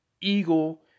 eagle